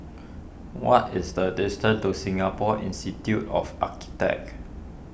what is the distance to Singapore Institute of Architects